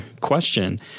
question